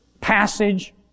passage